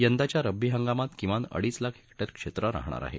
यंदाच्या रब्बी हंगामात किमान अडीच लाख हेक्टर क्षेत्र राहणार आहे